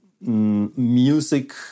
music